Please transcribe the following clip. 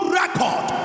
record